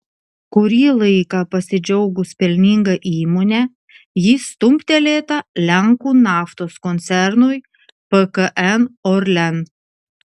kurį laiką pasidžiaugus pelninga įmone ji stumtelėta lenkų naftos koncernui pkn orlen